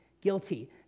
Guilty